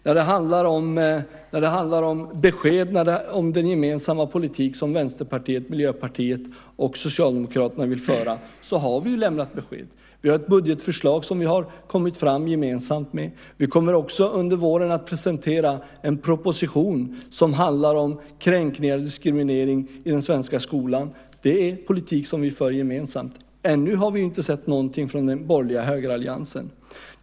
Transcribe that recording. När det handlar om besked om den gemensamma politik som Vänsterpartiet, Miljöpartiet och Socialdemokraterna vill föra så har vi ju lämnat besked. Vi har ett budgetförslag som vi har kommit fram gemensamt med. Vi kommer också under våren att presentera en proposition som handlar om kränkning och diskriminering i den svenska skolan. Det är politik som vi för gemensamt. Ännu har vi inte sett någonting från den borgerliga högeralliansen.